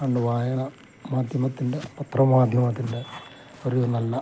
രണ്ട് വായന മാധ്യമത്തിൻ്റെ പത്രമാധ്യമത്തിൻ്റെ ഒരു നല്ല